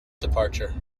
departure